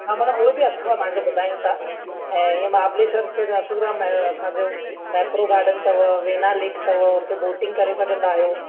हा मना उहे बि अथव तव्हां खे ॿुधायूं था ऐं ईअं महाबलेश्वर त जाम मशहूर आहे असांजो मेट्रो गार्डन अथव वेना लेक अथव उते बोटिंग करे सघंदा आहियो गार्डन घुमी सघंदा आहियो